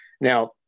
Now